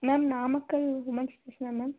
ma'am Namakkal women's ஸ்டேஷன்னா ma'am